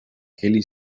kelly